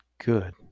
good